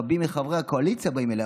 רבים מחברי הקואליציה באים אליי,